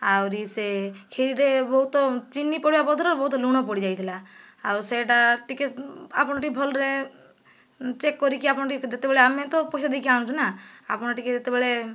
ଆଉରି ସେ କ୍ଷିରିରେ ବହୁତ ଚିନି ପଡ଼ିବା ବଦଳରେ ବହୁତ ଲୁଣ ପଡ଼ି ଯାଇଥିଲା ଆଉ ସେଇଟା ଟିକେ ଆପଣ ଟିକେ ଭଲରେ ଚେକ୍ କରିକି ଆପଣ ଯେତେବେଳେ ଆମେ ତ ପଇସା ଦେଇକି ଆଣୁଛୁ ନା ଆପଣ ଟିକେ ଯେତେବେଳେ